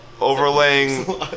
overlaying